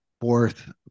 fourth